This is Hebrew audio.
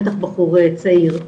בטח בחור צעיר.